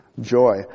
Joy